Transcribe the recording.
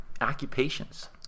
occupations